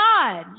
God